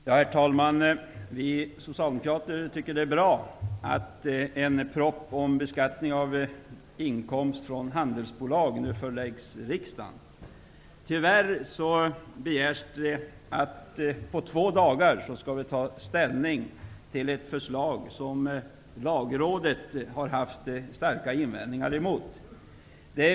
Herr talman! Vi socialdemokrater tycker att det är bra att en proposition om beskattning av inkomst från handelsbolag nu föreläggs riksdagen. Tyvärr begärs det att vi på två dagar skall ta ställning till ett förslag som lagrådet har haft starka invändningar mot.